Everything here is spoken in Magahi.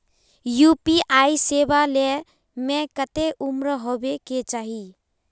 यु.पी.आई सेवा ले में कते उम्र होबे के चाहिए?